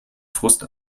frust